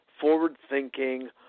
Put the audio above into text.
forward-thinking